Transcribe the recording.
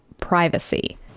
privacy